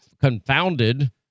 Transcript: confounded